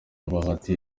bahati